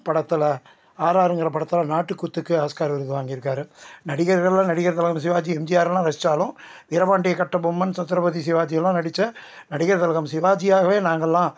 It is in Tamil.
படத்தில் ஆர்ஆர்ங்கிற படத்தில் நாட்டுக்குத்துக்கு ஆஸ்கார் விருது வாங்கியிருக்காரு நடிகர்களில் நடிகர் திலகம் சிவாஜி எம்ஜிஆர்யெலாம் ரசித்தாலும் வீரபாண்டிய கட்டபொம்மன் சத்ரபதி சிவாஜியெல்லாம் நடித்த நடிகர் திலகம் சிவாஜியாகவே நாங்கெல்லாம்